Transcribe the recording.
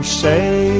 say